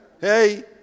hey